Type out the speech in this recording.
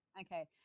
Okay